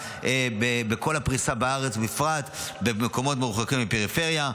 בכל הפריסה בארץ ובפרט במקומות מרוחקים ובפריפריה.